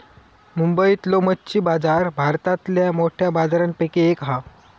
मुंबईतलो मच्छी बाजार भारतातल्या मोठ्या बाजारांपैकी एक हा